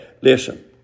Listen